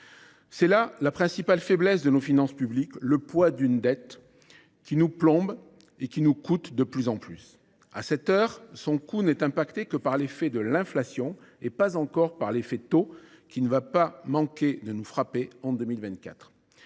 C’est là la principale faiblesse de nos finances publiques : le poids d’une dette qui nous plombe et qui nous coûte de plus en plus. À cette heure, son coût n’est impacté que par l’effet de l’inflation. Il ne l’est pas encore par l’effet taux, qui ne va pas manquer de nous frapper en 2024.